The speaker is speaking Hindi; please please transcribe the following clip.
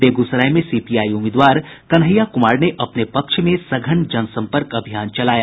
बेगूसराय में सीपीआई उम्मीदवार कन्हैया कुमार ने अपने पक्ष में सघन जनसंपर्क अभियान चलाया